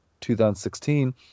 2016